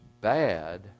bad